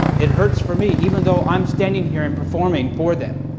it hurts for me, even though i'm standing here and performing for them,